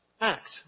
act